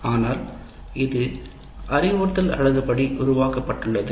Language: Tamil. ஆனால் அது அறிவுறுத்தல் அலகு படி உருவாக்கப்பட்டுள்ளது